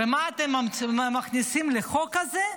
ומה אתם מכניסים לחוק הזה?